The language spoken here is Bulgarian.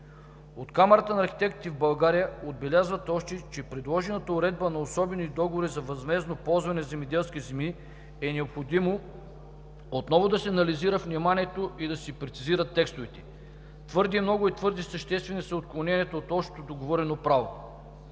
От Камарата на архитектите в България отбелязват още, че предложената уредба на особени договори за възмездно ползване на земеделски земи е необходимо отново да се анализира внимателно и да се прецизират текстовете. Твърде много и твърде съществени са отклоненията от общото договорно право.